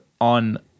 on